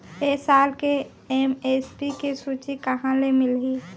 ए साल के एम.एस.पी के सूची कहाँ ले मिलही?